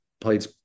played